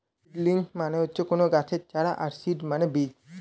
seedlings মানে হচ্ছে কোনো গাছের চারা আর সিড মানে বীজ